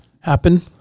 happen